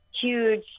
huge